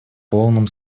полном